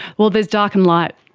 well, there's dark and light.